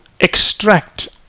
extract